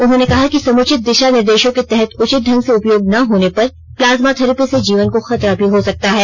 उन्होंने कहा कि समुचित दिशा निर्देशों के तहत उचित ढंग से उपयोग न होने पर प्लाज्मा थेरैपी से जीवन को खतरा भी हो सकता है